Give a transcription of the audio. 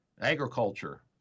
agriculture